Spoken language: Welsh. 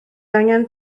angen